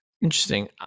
interesting